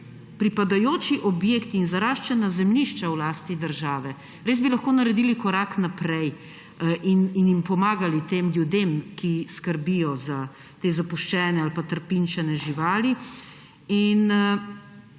Pripadajoči objekti in zaraščena zemljišča v lasti države. Res bi lahko naredili korak naprej in pomagali tem ljudem, ki skrbijo za te zapuščene ali pa trpinčene živali.